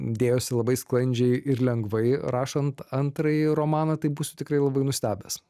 dėjosi labai sklandžiai ir lengvai rašant antrąjį romaną tai būsiu tikrai labai nustebęs